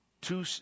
Two